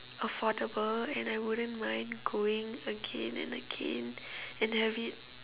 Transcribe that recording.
affordable and I wouldn't mind going again and again and have it